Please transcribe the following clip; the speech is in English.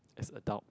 as adult